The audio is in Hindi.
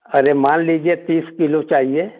अरे मान लीजिए तीस किलो चाहिए